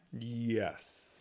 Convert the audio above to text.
Yes